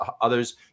others